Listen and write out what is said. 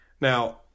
now